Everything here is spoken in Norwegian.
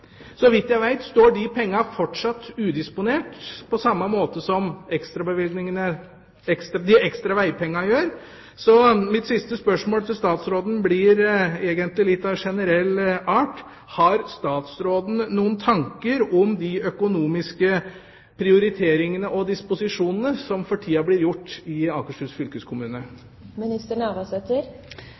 Så vidt jeg veit, står de pengene fortsatt udisponert, på samme måte som de ekstra vegpengene gjør. Mitt siste spørsmål til statsråden blir egentlig av litt generell art: Har statsråden noen tanker om de økonomiske prioriteringene og disposisjonene som for tida blir gjort i Akershus